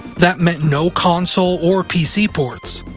that meant no console or pc ports.